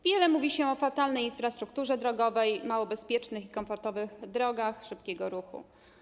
Wiele mówi się o fatalnej infrastrukturze drogowej, mało bezpiecznych i komfortowych drogach szybkiego ruchu.